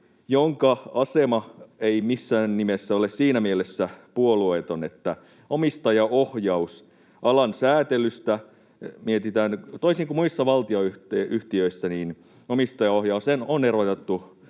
jonka asema ei missään nimessä ole siinä mielessä puolueeton, että omistajaohjaus, alan sääntely... Kun muissa valtionyhtiöissä omistajaohjaus on erotettu